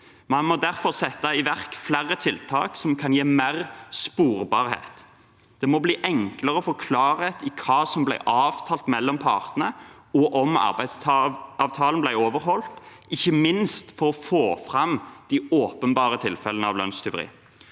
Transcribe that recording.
Man må derfor sette i verk flere tiltak som kan gi mer sporbarhet. Det må bli enklere å få klarhet i hva som ble avtalt mellom partene, og om arbeidsavtalen ble overholdt, ikke minst for å få fram de åpenbare tilfellene av lønnstyveri.